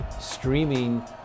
Streaming